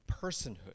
personhood